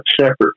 separate